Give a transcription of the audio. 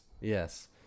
Yes